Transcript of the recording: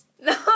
No